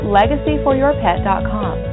legacyforyourpet.com